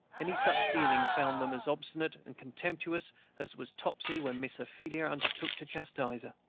any such dealing found them as obstinate and contemptuous as was topsy when miss ophelia undertook to chastise her.